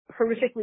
horrifically